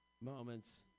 moments